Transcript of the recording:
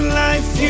life